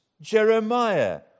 Jeremiah